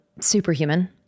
Superhuman